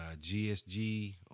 GSG